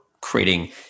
creating